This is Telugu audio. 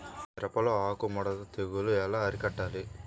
మిరపలో ఆకు ముడత తెగులు ఎలా అరికట్టాలి?